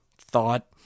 thought